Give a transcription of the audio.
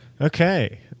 Okay